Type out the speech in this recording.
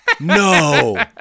No